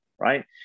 Right